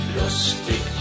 lustig